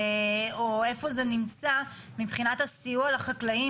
או איפה זה נמצא מבחינת הסיוע לחקלאים